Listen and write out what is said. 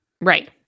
Right